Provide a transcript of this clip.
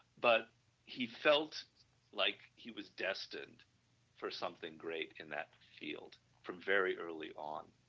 but he felt like he was destined for something great in that field from very early on